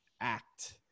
act